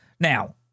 Now